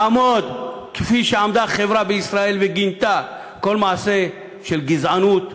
לעמוד כפי שעמדה החברה בישראל וגינתה כל מעשה של גזענות,